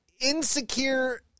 insecure